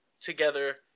together